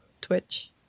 Twitch